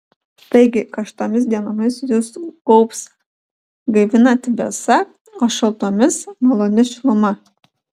taigi karštomis dienomis jus gaubs gaivinanti vėsa o šaltomis maloni šiluma